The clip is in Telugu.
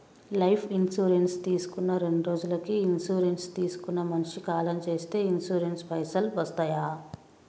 లైఫ్ ఇన్సూరెన్స్ తీసుకున్న రెండ్రోజులకి ఇన్సూరెన్స్ తీసుకున్న మనిషి కాలం చేస్తే ఇన్సూరెన్స్ పైసల్ వస్తయా?